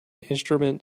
instrument